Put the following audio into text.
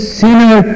sinner